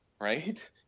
right